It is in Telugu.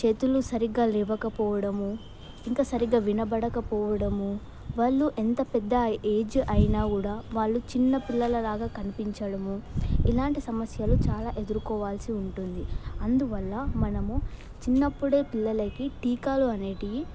చేతులు సరిగ్గా లేవకపోవడము ఇంకా సరిగ్గా వినబడకపోవడము వాళ్ళు ఎంత పెద్ద ఏజ్ అయినా కూడా వాళ్ళు చిన్న పిల్లలలాగా కనిపించడము ఇలాంటి సమస్యలు చాలా ఎదుర్కోవాల్సి ఉంటుంది అందువల్ల మనము చిన్నప్పుడే పిల్లలకి టీకాలు అనేవి